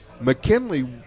McKinley